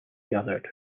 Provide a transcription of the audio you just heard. gathered